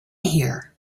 here